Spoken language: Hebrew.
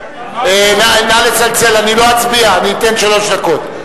נא לצלצל, אני לא אצביע, אני אתן שלוש דקות.